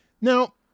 Now